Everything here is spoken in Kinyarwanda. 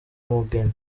umugeni